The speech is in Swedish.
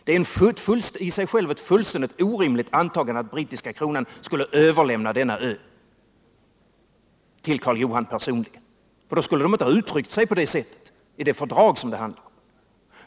Det är i sig ett fullständigt orimligt antagande att brittiska kronan skulle överlämna denna ö till Karl Johan — då skulle man inte ha uttryckt sig som man gjorde i det fördrag som det handlar om.